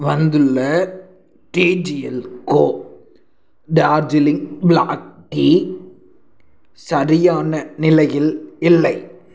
வந்துள்ள டிஜிஎல்கோ Darjeeling black tea சரியான நிலையில் இல்லை